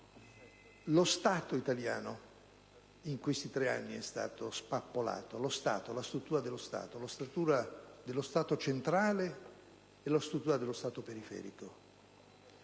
lo Stato italiano, in questi tre anni, è stato spappolato (mi riferisco sia alla struttura dello Stato centrale che alla struttura dello Stato periferico),